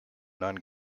none